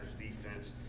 defense